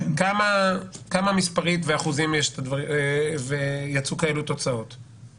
כמה מספרית ובאחוזים יצאו תוצאות כאלה?